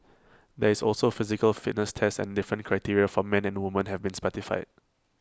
there is also A physical fitness test and different criteria for men and women have been specified